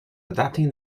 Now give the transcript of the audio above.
adapting